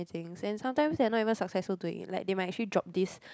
things and sometimes they are not even successful to it like they might actually drop this